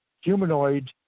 humanoid